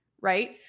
right